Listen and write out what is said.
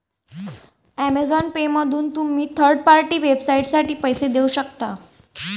Amazon पेमधून तुम्ही third party वेबसाइटसाठी पैसे देऊ शकता